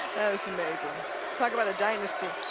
is amazing talk about a dynasty.